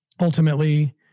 ultimately